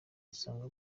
usanga